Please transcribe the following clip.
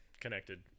connected